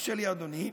תרשה לי, אדוני.